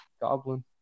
goblin